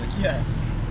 yes